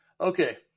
Okay